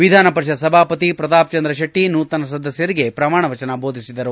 ವಿಧಾನ ಪರಿಷತ್ ಸಭಾಪತಿ ಪ್ರತಾಪ್ ಚಂದ್ರ ಶೆಟ್ಟಿ ನೂತನ ಸದಸ್ವರಿಗೆ ಪ್ರಮಾಣವಚನ ದೋಧಿಸಿದರು